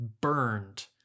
burned